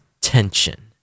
tension